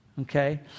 okay